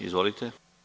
Izvolite.